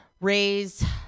raise –